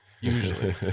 Usually